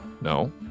no